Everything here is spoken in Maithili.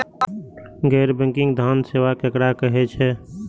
गैर बैंकिंग धान सेवा केकरा कहे छे?